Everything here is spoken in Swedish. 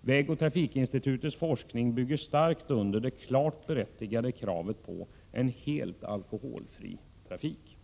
Vägoch trafikinstitutets forskning bygger starkt under det klart berättigade kravet på en helt alkoholfri trafik.